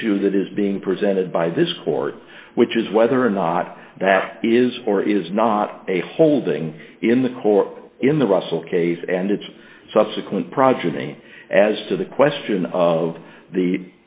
issue that is being presented by this court which is whether or not that is or is not a holding in the court in the russell case and its subsequent progeny as to the question of the